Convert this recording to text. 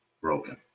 broken